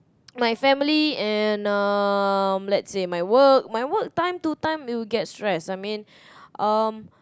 my family and um let's see my work my work time to time it will get stressed I mean um